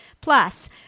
plus